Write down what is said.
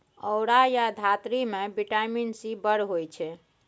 औरा या धातृ मे बिटामिन सी बड़ होइ छै